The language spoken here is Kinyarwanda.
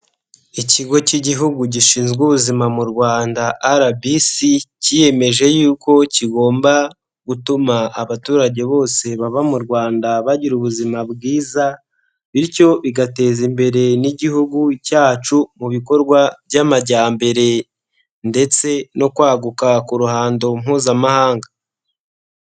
Ikigo k'Igihugu gishinzwe Ubuzima mu Rwanda RBC, kiyemeje yuko kigomba gutuma abaturage bose baba mu Rwanda bagira ubuzima bwiza, bityo bigateza imbere n'igihugu cyacu mu bikorwa by'amajyambere ndetse no kwaguka ku ruhando mpuzamahanga.